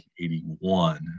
1981